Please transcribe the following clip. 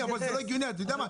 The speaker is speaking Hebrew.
זה לא הגיוני, אתה יודע מה?